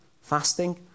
fasting